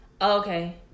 Okay